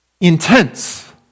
intense